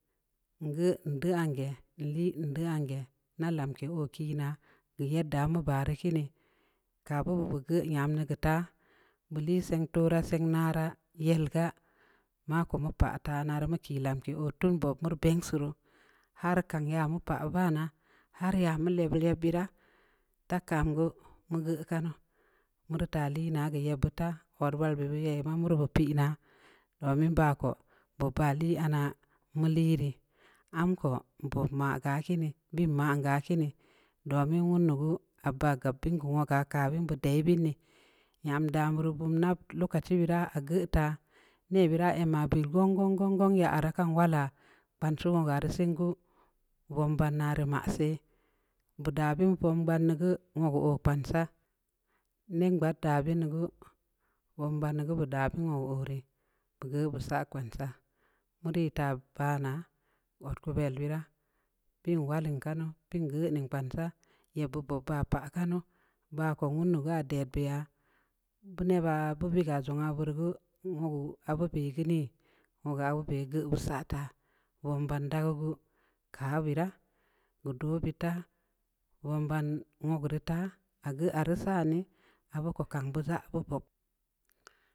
Ngeu-ngeu ahn geeh, nlii ngeu ahn geh, nda lamke oo kiinaa, geu yedda mu baa rii kiini, kah bu beud bu geu yam dii geu taa, bu lii seng tooraa, seng naaraa, yel gaa, ma ko mu pah taa, ana rii mu kii lamke oo tun bob mu rii bengsii ruu, har kang ya mu pah vana, har ya mu leb yeb beuraa, dak kam geu mu geu kanu, muri taa lii naa geu yebbeud taa, odwal be beud ma bu yai geu murii bu taa pii naa, domin baa ko, bob baa lii anaa mu lii rii, amko nbob nmaa geu aah kiini, biin man geu aah kiini, domin nwundu gu baa gab bin geu woga kah bun bit ii daa bun dii, nyam dam beud dii, vom nab lokaci beud ii geu taa, neh beud dai ehmmaah bil gong-gong-gong, yaa aah raa kan wlaa, kpansi woga rii sen geu, vom badn naa rii maa seh, bue daa beun vom badn dii gu, wogu oo kpansaa, neng gbaad da bun dii gu, vom badn dii gu, beu daa beun wogu oo rii, bu geu bu saaa kpansaa, mu rii taa baa naa, odkuvel beuraa, bin allin kanu, bingeuning kpansaa. yeb beud bob ba pah kanu, bah ko wundu gu aah ded beu yaa, bu nebaa bu viga zong aah beu rii gu, wogu abube geu nii? Wogu abube geu beu saa taa, vom badn dageu gu, kah beu raa, geu doh beud taa, vom badn wogu rii taa, aah geu aah rii san dii, abu ko kang bu zaa bu bob,